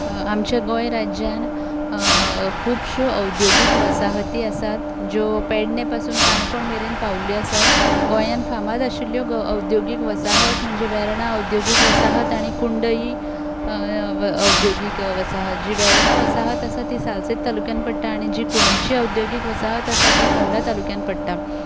आमचे गोंय राज्यांत खुबश्यो उद्द्योगीक वसाहती आसात ज्यो पेडणें पसून काणकोण मेरेन पाविल्ल्यो आसात गोंयांत फामाद आशिल्ल्यो उद्द्योगीक वसाहत म्हणजे वेर्णा उद्द्योगीक वसाहत आनी कुंडई उद्द्योगीक वसाहत जी वेर्णा वसाहत आसा ती सालसेट तालुक्यांत पडटा आनी जी कुंडयची उद्द्योगीक वसाहत आसा ती फोंडा तालुक्यांत पडटा